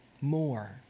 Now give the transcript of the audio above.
more